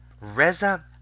Reza